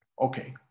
okay